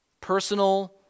personal